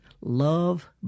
love